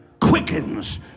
quickens